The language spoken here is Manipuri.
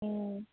ꯑꯣ